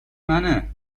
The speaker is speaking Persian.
منه